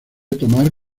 tomar